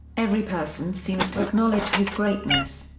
every person seems to acknowledge his greatness.